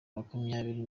makumyabiri